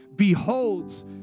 beholds